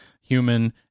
human